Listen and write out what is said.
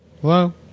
Hello